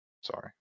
sorry